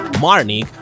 Marnik